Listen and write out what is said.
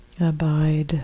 Abide